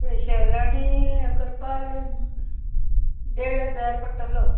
special आनी हें करपा हे न्ही देड हजार पडटलो